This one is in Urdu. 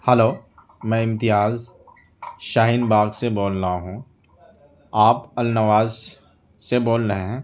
ہلو میں امتیاز شاہین باغ سے بول رہا ہوں آپ النواز سے بول رہے ہیں